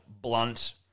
blunt